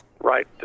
right